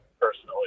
personally